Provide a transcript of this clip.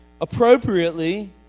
appropriately